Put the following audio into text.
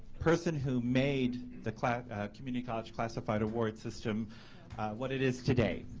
person who made the community college classified award system what it is today.